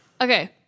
Okay